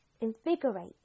invigorate